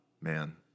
man